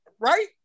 Right